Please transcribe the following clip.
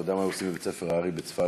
אתה יודע מה היו עושים בבית-ספר האר"י בצפת,